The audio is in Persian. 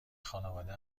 خانواده